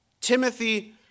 Timothy